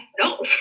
no